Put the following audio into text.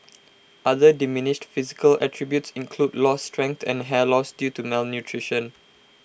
other diminished physical attributes include lost strength and hair loss due to malnutrition